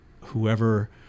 Whoever